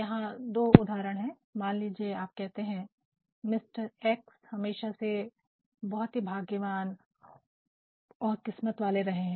यहाँ दो उदहारण है मान लीजिये आप कहते है कि मिस्टर ऐक्स हमेशा से ही बहुत भाग्यवान और किस्मत वाले रहे है